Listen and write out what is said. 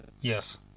Yes